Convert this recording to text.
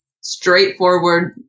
straightforward